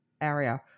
area